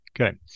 okay